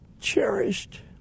cherished